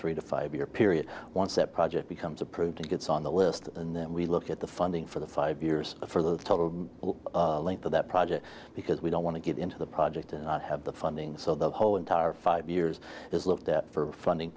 three to five year period once that project becomes approved and gets on the list and then we look at the funding for the five years for the total length of that project because we don't want to get into the project and have the funding so the whole entire five years is looked at for funding